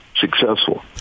successful